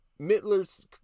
Mittlers